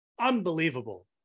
Unbelievable